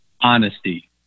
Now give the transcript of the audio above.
honesty